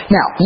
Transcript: Now